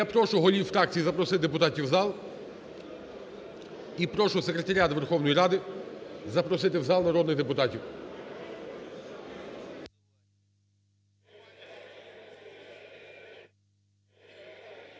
Я прошу голів фракцій запросити депутатів в зал і прошу секретаріат Верховної Ради запросити в зал народних депутатів.